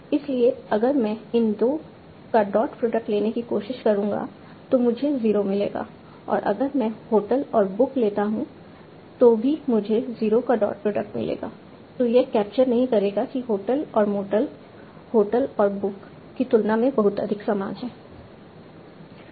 इसलिए अगर मैं इन 2 का डॉट प्रोडक्ट लेने की कोशिश करूँ तो मुझे 0 मिलेगा और अगर मैं होटल और बुक लेता हूं तो भी मुझे 0 का डॉट प्रोडक्ट मिलेगा तो यह कैप्चर नहीं करेगा कि होटल और मोटल होटल और बुक की तुलना में बहुत अधिक समान हैं